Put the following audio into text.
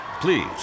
Please